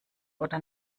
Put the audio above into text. oder